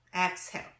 exhale